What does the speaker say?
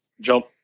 jump